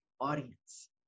audience